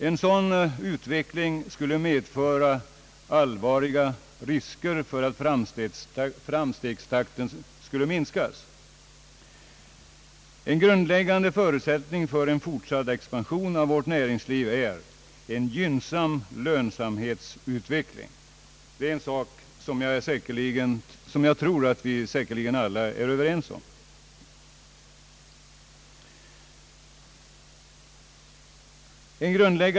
En sådan utveckling skulle medföra allvarliga risker för en minskning av framstegstakten. En grundläggande förutsättning för fortsatt expansion av vårt näringsliv är en gynnsam lönsamhetsutveckling. Det är vi säkert alla överens om.